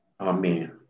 Amen